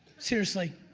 seriously.